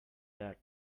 that